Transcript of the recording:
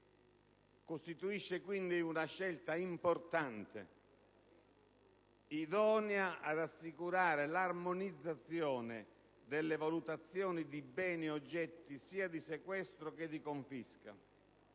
costituisce una scelta importante idonea ad assicurare l'armonizzazione delle valutazioni di beni oggetto sia di sequestro che di confisca,